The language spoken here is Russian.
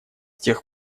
тех